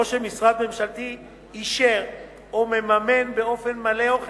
או שמשרד ממשלתי אישר או מממן באופן מלא או חלקי,